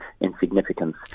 insignificance